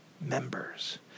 members